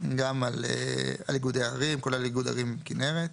על איגודי ערים, כולל איגוד ערים כנרת.